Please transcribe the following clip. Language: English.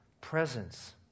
presence